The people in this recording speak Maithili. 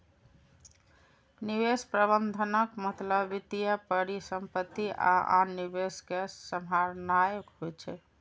निवेश प्रबंधनक मतलब वित्तीय परिसंपत्ति आ आन निवेश कें सम्हारनाय होइ छै